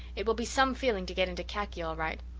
it will be some feeling to get into khaki all right.